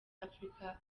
africa